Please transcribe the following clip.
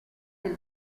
del